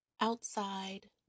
outside